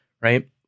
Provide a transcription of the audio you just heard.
right